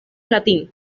latín